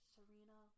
Serena